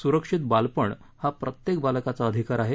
सुरक्षित बालपण हा प्रत्येक बालकाचा अधिकार आहे